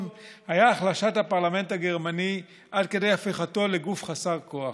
היה החלשת הפרלמנט הגרמני עד כדי הפיכתו לגוף חסר כוח.